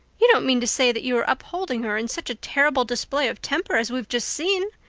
you don't mean to say that you are upholding her in such a terrible display of temper as we've just seen?